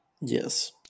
Yes